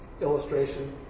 illustration